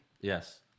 Yes